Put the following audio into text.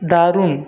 দারুণ